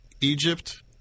Egypt